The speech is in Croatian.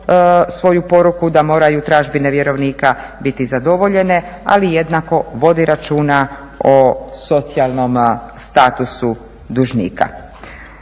svoju poruku da moraju tražbine vjerovnika biti zadovoljene. Ali jednako vodi računa o socijalnom statusu dužnika.